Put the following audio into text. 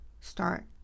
Start